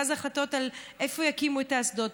ואז החלטות על איפה יקימו את האסדות.